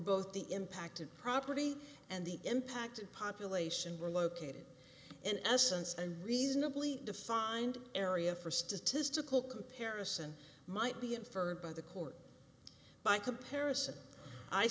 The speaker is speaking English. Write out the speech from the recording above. both the impacted property and the impacted population were located in essence and reasonably defined area for statistical comparison might be inferred by the court by comparison i